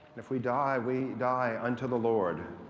if we die we die unto the lord.